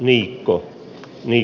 viikko meni